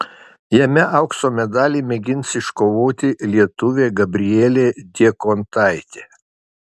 jame aukso medalį mėgins iškovoti lietuvė gabrielė diekontaitė